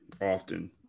often